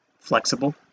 flexible